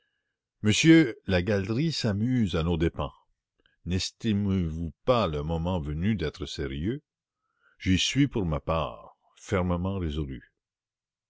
monsieur la galerie s'amuse à nos dépens nestimez vous pas le moment venu d'être sérieux j'y suis pour ma part fermement résolu